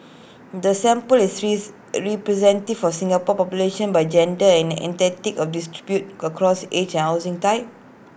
the sample is rise representative for Singapore population by gender and ethnicity and is distributed across age and housing type